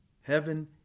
Heaven